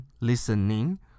listening